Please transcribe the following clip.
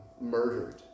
murdered